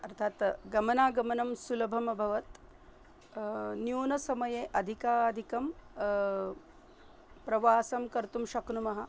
अर्थात् गमनागमनं सुलभम् अभवत् न्यूनसमये अधिकाधिकं प्रवासं कर्तुं शक्नुमः